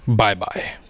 bye-bye